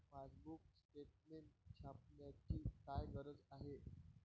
Passbook statement छापण्याची काय गरज आहे?